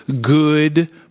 good